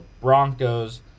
Broncos